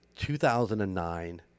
2009